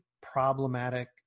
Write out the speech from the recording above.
problematic